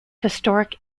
historic